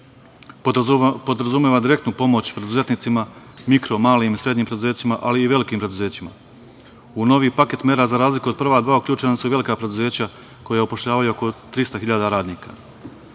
podrazumeva direktnu pomoć preduzetnicima, mikro, malim i srednjim preduzećima, ali i velikim preduzećima. U novi paket mera, za razliku od prva dva, uključena su i velika preduzeća koja upošljavaju oko 300 hiljada